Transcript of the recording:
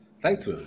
Thanks